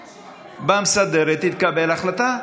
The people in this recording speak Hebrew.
במסדרת תתקבל החלטה,